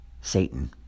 Satan